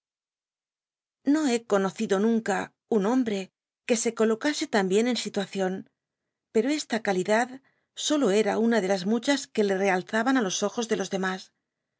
no he conocido nunca un hombre que se colocase tan bien en siluacion pcro esta calidad solo era una de las muchas que le realzaban á los ojos de los demas